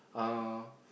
uh